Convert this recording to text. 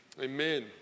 Amen